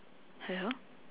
hello